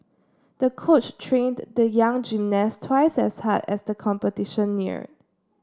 the coach trained the young gymnast twice as hard as the competition neared